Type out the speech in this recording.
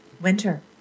winter